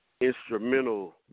instrumental